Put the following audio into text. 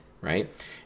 right